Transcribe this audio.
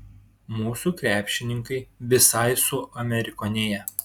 mūsų krepšininkai visai suamerikonėja